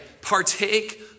Partake